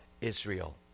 Israel